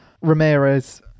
Ramirez